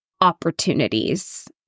opportunities